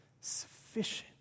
sufficient